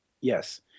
Yes